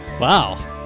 Wow